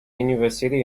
university